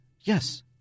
Yes